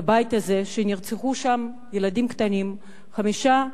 בבית הזה, שנרצחו שם ילדים קטנים, חמישה אנשים,